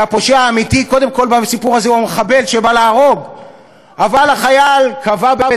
והפושע האמיתי בסיפור הזה הוא קודם כול המחבל שבא להרוג,